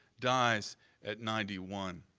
dies at ninety one.